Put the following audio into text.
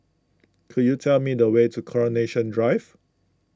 could you tell me the way to Coronation Drive